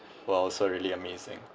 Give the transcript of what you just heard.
were also really amazing